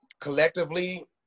collectively